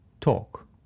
Talk